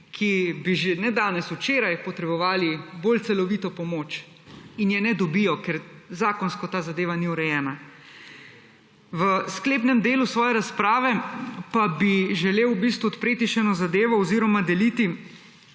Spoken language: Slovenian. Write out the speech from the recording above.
ki bi že, ne danes, včeraj potrebovali bolj celovito pomoč in je ne dobijo, ker zakonsko ta zdeva ni urejena. V sklepnem delu svoje razprave pa bi želel odprti še eno zadevo oziroma deliti